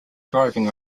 driving